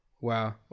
Wow